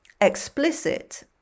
explicit